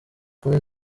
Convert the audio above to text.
kumi